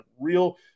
real